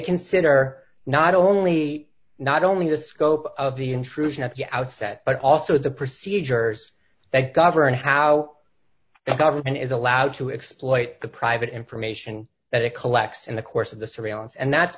consider not only not only to scope of the intrusion at the outset but also the procedures that govern how the government is allowed to exploit the private information that it collects in the course of the surveillance and that's